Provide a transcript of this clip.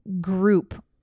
group